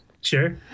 Sure